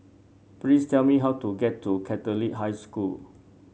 please tell me how to get to Catholic High School